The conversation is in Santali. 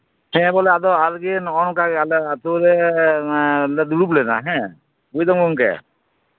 ᱦᱮᱸ ᱵᱚᱞᱮ ᱟᱨᱜᱮ ᱱᱚᱜᱼᱚᱝᱠᱟ ᱟᱹᱛᱩ ᱨᱮ ᱞᱮ ᱫᱩᱲᱩᱵ ᱞᱮᱱᱟ ᱦᱮᱸ ᱵᱩᱡᱫᱟᱢ ᱜᱚᱝᱠᱮ